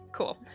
cool